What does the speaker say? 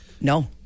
No